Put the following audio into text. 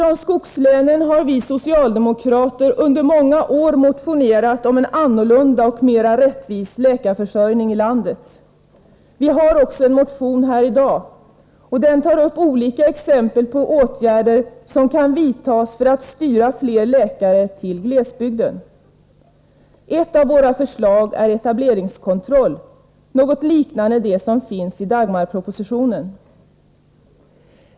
Vi socialdemokrater från skogslänen har under många år motionerat om en annorlunda och mera rättvis läkarförsörjning i landet. Vi har också en motion som behandlats i det här betänkandet. Den tar upp olika exempel på åtgärder som kan vidtas för att styra fler läkare till glesbygden. Ett av våra förslag är etableringskontroll, något liknande det förslag som finns i Dagmar-propositionen.